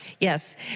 Yes